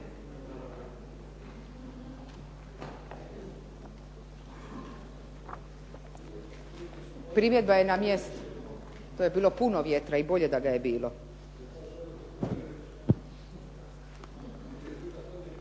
Primjedba je na mjestu. Tu je bilo puno vjetra i bolje da ga je bilo.